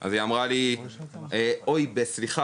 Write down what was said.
אז היא אמרה לי "אוי סליחה,